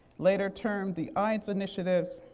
later termed the ides initiative,